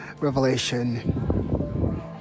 revelation